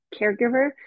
caregiver